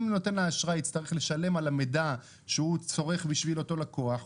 אם נותן האשראי יצטרך לשלם על המידע שהוא צורך בשביל אותו לקוח,